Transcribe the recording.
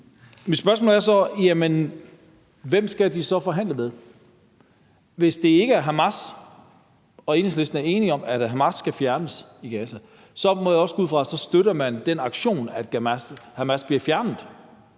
Hvem skal de så forhandle med? Hvis det ikke er Hamas, og hvis Enhedslisten er enig i, at Hamas skal fjernes i Gaza, så må jeg også gå ud fra, at man støtter den aktion, at Hamas bliver fjernet.